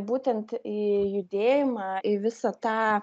būtent į judėjimą į visą tą